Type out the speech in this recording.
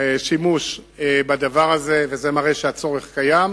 שימוש בדבר הזה, וזה מראה שהצורך קיים.